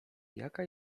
jaka